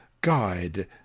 guide